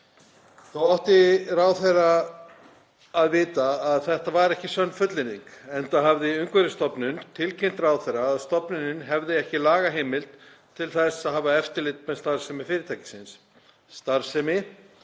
Þó átti ráðherra að vita að þetta var ekki sönn fullyrðing enda hafði Umhverfisstofnun tilkynnt ráðherra að stofnunin hefði ekki lagaheimild til þess að hafa eftirlit með starfsemi fyrirtækisins, starfsemi